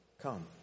Come